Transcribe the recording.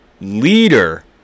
leader